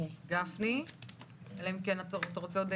עליה של יותר מ-2,000 שקל לכל אחד זה לא נותר אלא רק